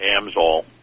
Amzol